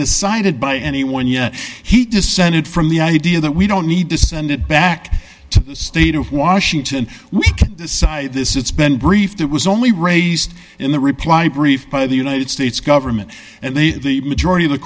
decided by anyone yet he descended from the idea that we don't need to send it back to state of washington with this it's been briefed it was only raised in the reply brief by the united states government and the majority of the